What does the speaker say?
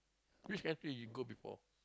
which country you go before